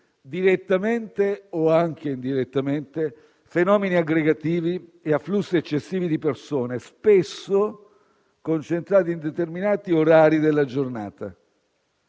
direttamente o anche indirettamente fenomeni aggregativi e afflussi eccessivi di persone, spesso concentrati in determinati orari della giornata.